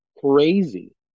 crazy